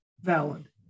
valid